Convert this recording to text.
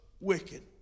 wicked